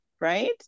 right